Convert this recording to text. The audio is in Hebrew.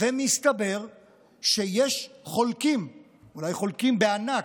ומסתבר שיש חולקים, אולי חולקים בענק,